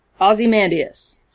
Ozymandias